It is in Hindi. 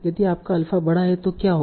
यदि आपका अल्फा बड़ा है तो क्या होगा